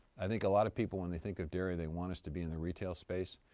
i think a lot of people when they think of dairy they want us to be in the retail space.